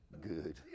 good